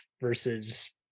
versus